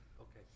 Okay